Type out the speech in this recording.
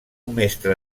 mestre